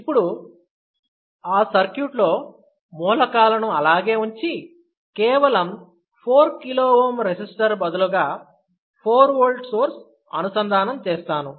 ఇప్పుడు ఆ సర్క్యూట్ లో మూలకాలను అలాగే ఉంచి కేవలం 4 kΩ రెసిస్టర్ బదులు 4 V సోర్స్ అనుసంధానం చేస్తాను